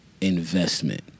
investment